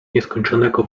nieskończonego